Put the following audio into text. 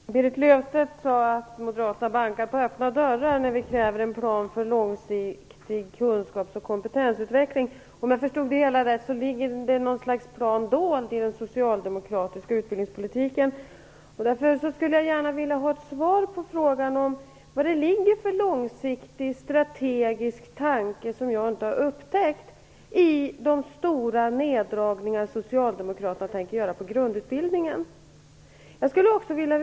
Fru talman! Berit Löfstedt sade att vi moderater bankar på öppna dörrar när vi kräver en plan för långsiktig kunskaps och kompetensutveckling. Om jag förstod det hela rätt ligger det något slags plan dold i den socialdemokratiska utbildningspolitiken. Därför skulle jag gärna vilja ha ett svar på frågan om vad det ligger för långsiktig strategisk tanke, som jag inte har upptäckt, i de stora neddragningar som socialdemokraterna tänker göra på grundutbildningens område.